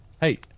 Hey